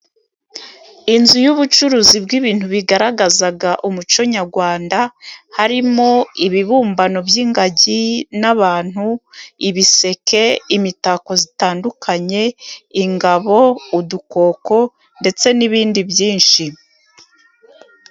Inzu y'ubucuruzi bw'ibintu bigaragaza umuco nyarwanda harimo ibibumbano by'ingagi, n'abantu, ibiseke, imitako itandukanye ingabo, udukoko ndetse n'ibindi byinshi.